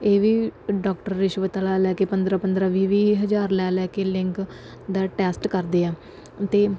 ਇਹ ਵੀ ਡਾਕਟਰ ਰਿਸ਼ਵਤਾਂ ਲੈ ਲੈ ਕੇ ਪੰਦਰ੍ਹਾਂ ਪੰਦਰ੍ਹਾਂ ਵੀਹ ਵੀਹ ਹਜ਼ਾਰ ਲੈ ਲੈ ਕੇ ਲਿੰਗ ਦਾ ਟੈਸਟ ਕਰਦੇ ਆ ਅਤੇ